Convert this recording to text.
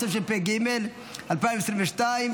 התשפ"ג 2022,